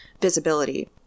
visibility